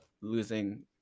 losing